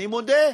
אני מודה.